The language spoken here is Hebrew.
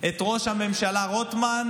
את ראש הממשלה רוטמן,